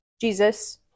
Jesus